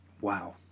Wow